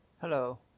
Hello